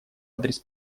адрес